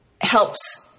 helps